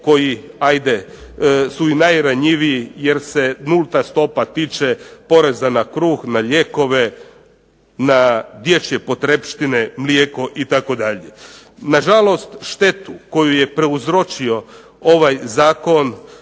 ajde su i najranjiviji jer se nulta stopa tiče poreza na kruh, na lijekove, na dječje potrepštine mlijeko itd. Na žalost štetu koju je prouzročio ovaj zakon